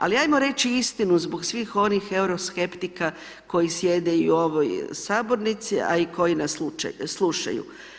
Al ajmo reći istinu zbog svih onih euroskeptika koji sjede i u ovoj Sabornici, a i koji nas slušaju.